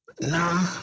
Nah